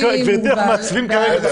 גברתי, אנחנו מעצבים כרגע את החוק.